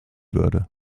würde